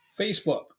Facebook